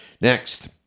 Next